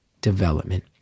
development